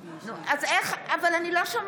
אינו נוכח יעל רון בן משה,